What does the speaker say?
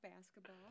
basketball